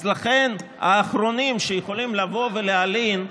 לכן האחרונים שיכולים לבוא ולהלין,